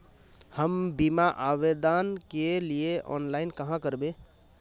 हम बीमा आवेदान के लिए ऑनलाइन कहाँ करबे?